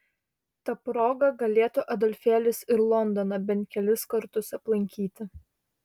ta proga galėtų adolfėlis ir londoną bent kelis kartus aplankyti